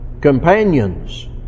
companions